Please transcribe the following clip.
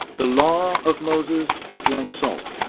the law of moses is like salt,